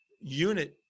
unit